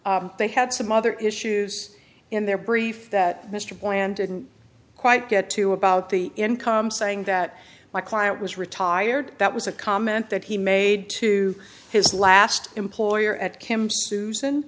fault they had some other issues in their brief that mr plan didn't quite get to about the income saying that my client was retired that was a comment that he made to his last employer at camp susan